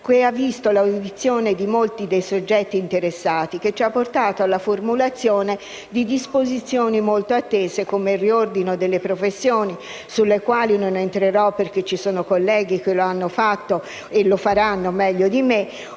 e l'audizione di molti soggetti interessati, che ci ha portato alla formulazione di disposizioni molto attese come il riordino delle professioni (sulle quali non entrerò perché ci sono colleghi che lo hanno fatto e lo faranno meglio di me),